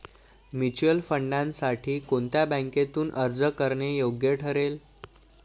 Mutual फंडांसाठी कोणत्या बँकेतून अर्ज करणे योग्य ठरेल?